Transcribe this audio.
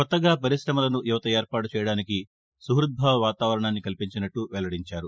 కొత్తగా పరిశమలను యువత ఏర్పాటు చేయడానికి సహృద్భావ వాతావరణాన్ని కల్పించినట్లు వెల్లడించారు